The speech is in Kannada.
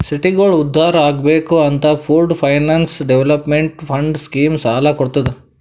ಸಿಟಿಗೋಳ ಉದ್ಧಾರ್ ಆಗ್ಬೇಕ್ ಅಂತ pooled finance development fund scheme ಸಾಲ ಕೊಡ್ತುದ್